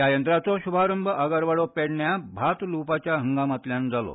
ह्या यंत्राचो श्रभारंभ आगारवाडो पेडण्यां भात ल्रवपाच्या हंगामांतल्यान जालो